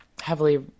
heavily